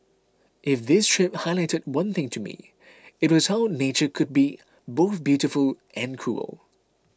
if this trip highlighted one thing to me it was how nature could be both beautiful and cruel